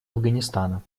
афганистана